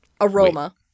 Aroma